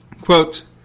Quote